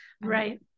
Right